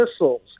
missiles